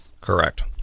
correct